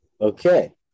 okay